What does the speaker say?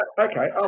okay